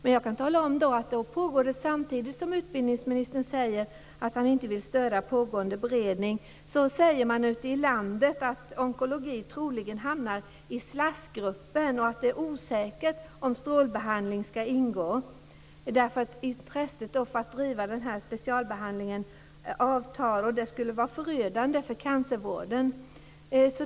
Men jag kan tala om att samtidigt som utbildningsministern säger att han inte vill störa pågående beredning talar man ute i landet om att onkologin troligen hamnar i slaskgruppen och att det är osäkert om strålbehandling ska ingå, därför att intresset för att driva den här specialbehandlingen avtar. Det skulle vara förödande för cancervården.